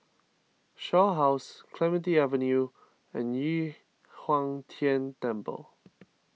Shaw House Clementi Avenue and Yu Huang Tian Temple